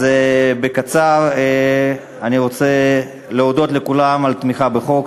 בקיצור, אני רוצה להודות לכולם על התמיכה בחוק.